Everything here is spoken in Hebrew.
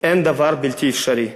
אין דבר בלתי אפשרי.